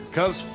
Cause